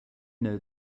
know